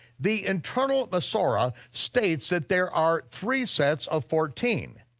the internal masorah states that there are three sets of fourteen,